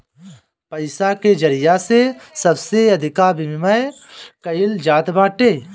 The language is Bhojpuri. पईसा के जरिया से सबसे अधिका विमिमय कईल जात बाटे